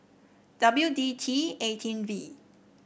W D T eighteen V